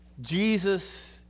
Jesus